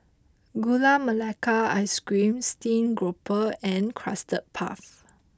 Gula Melaka Ice Cream Steamed Grouper and Custard Puff